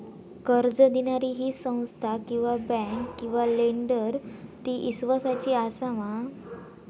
कर्ज दिणारी ही संस्था किवा बँक किवा लेंडर ती इस्वासाची आसा मा?